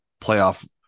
playoff